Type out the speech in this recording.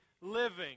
living